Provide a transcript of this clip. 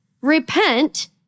repent